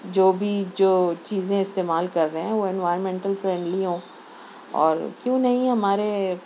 جو بھی جو چیزیں استعمال کر رہے ہیں وہ انوائرمنٹل فرینڈلی ہوں اور کیوں نہیں ہمارے